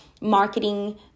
marketing